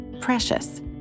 precious